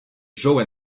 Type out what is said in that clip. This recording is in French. joe